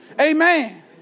Amen